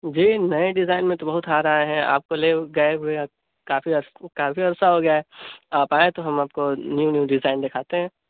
جی نئے ڈیزائن میں تو بہت ہار آئے ہیں آپ کو لے گئے ہوئے کافی کافی عرصہ ہو گیا ہے آپ آئیں تو ہم آپ کو ںیو نیو ڈیزائن دکھاتے ہیں